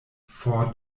for